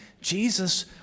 Jesus